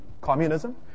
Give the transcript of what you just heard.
communism